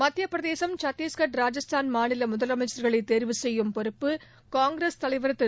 மத்தியப் பிரதேசம் சத்திஷ்கர் ராஜஸ்தான் மாநில முதலமைச்சர்களை தேர்வு செய்யும் பொறுப்பு காங்கிரஸ் தலைவர் திரு